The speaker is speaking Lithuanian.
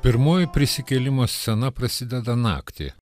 pirmoji prisikėlimo scena prasideda naktį